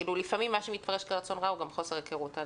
כי לפעמים מה שנקרא רצון רע, הוא גם חוסר היכרות.